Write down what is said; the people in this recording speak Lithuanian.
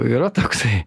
yra toksai